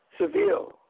Seville